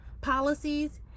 policies